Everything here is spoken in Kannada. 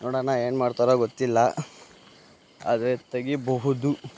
ನೋಡೋಣ ಏನು ಮಾಡ್ತಾರೋ ಗೊತ್ತಿಲ್ಲ ಆದರೆ ತೆಗಿಬಹುದು